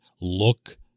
Look